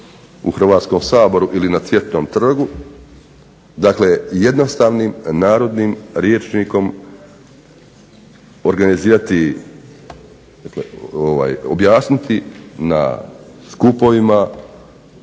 u Hrvatskom saboru ili na Cvjetnom trgu, dakle jednostavnim narodnim rječnikom organizirati, dakle objasniti na skupovima